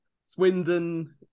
Swindon